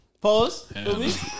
Pause